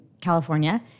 California